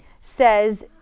says